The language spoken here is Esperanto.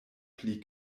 pli